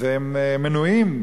והם מנועים.